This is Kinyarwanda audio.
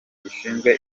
gishinzwe